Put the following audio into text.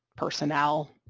personnel,